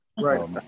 Right